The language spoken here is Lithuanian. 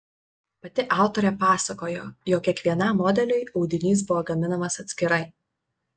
pati autorė pasakojo jog kiekvienam modeliui audinys buvo gaminamas atskirai